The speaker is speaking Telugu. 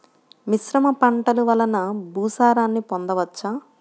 మిశ్రమ పంటలు వలన భూసారాన్ని పొందవచ్చా?